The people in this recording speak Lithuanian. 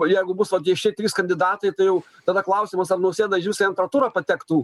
o jeigu bus vat tie šie trys kandidatai tai jau tada klausimas ar nausėda išviso į antrą turą patektų